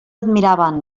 admiraven